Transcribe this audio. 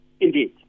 Indeed